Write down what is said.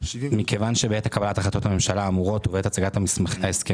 מכיוון שבעת קבלת החלטות הממשלה האמורות ובעת הצגת ההסכמים